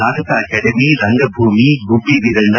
ನಾಟಕ ಅಕಾಡೆಮಿ ರಂಗಭೂಮಿ ಗುಬ್ಬವೀರಣ್ಣ